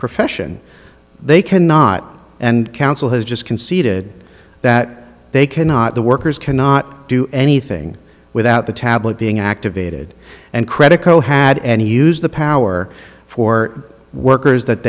profession they cannot and counsel has just conceded that they cannot the workers cannot do anything without the tablet being activated and credico had any use the power for workers that